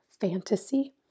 fantasy